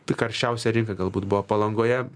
tai karščiausia rinka galbūt buvo palangoje